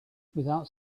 without